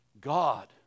God